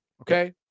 okay